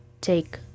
take